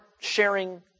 sharing